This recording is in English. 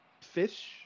fish